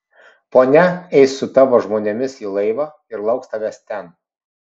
ponia eis su tavo žmonėmis į laivą ir lauks tavęs ten